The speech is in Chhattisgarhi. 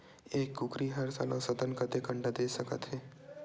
एक कुकरी हर साल औसतन कतेक अंडा दे सकत हे?